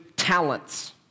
Talents